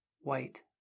white